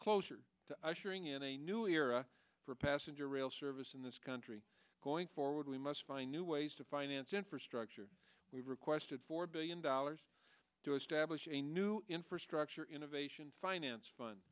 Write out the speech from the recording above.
closer to usher in in a new era for passenger rail service in this country going forward we must find new ways to finance infrastructure we requested four billion dollars to establish a new infrastructure innovation finance fund